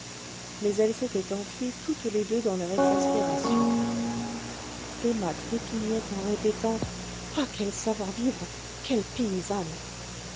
mais elles s'étaient enfuies toutes les deux dans leur exaspération emma trépignait en répétant ah quel savoir-vivre quelle paysanne